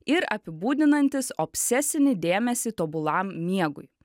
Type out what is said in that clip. ir apibūdinantis obsesinį dėmesį tobulam miegui